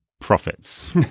profits